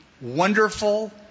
wonderful